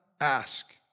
ask